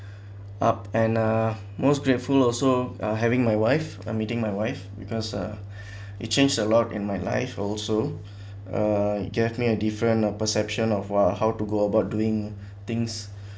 up and uh most grateful also are having my wife or meeting my wife because uh it changed a lot in my life also uh gave me a different perception of !wah! how to go about doing things